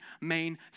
main